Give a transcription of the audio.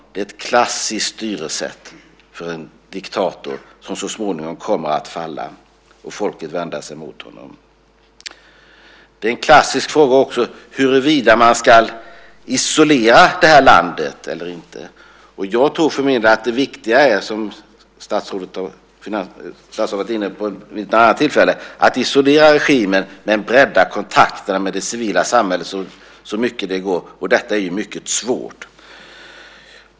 Det är ett klassiskt styressätt för en diktator som så småningom kommer att falla när folket vänder sig mot honom. Det är också en klassisk fråga huruvida man ska isolera det här landet eller inte. Jag tror att det viktiga är, som statsrådet var inne på vid ett annat tillfälle, att isolera regimen men bredda kontakterna med det civila samhället så mycket det går, men detta är mycket svårt.